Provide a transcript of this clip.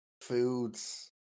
foods